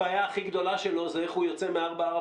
הבעיה הכי גדולה שלו זה איך הוא יוצא מ-444.